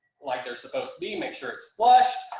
like they're supposed to be. make sure it's flush,